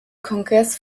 kongress